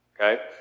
okay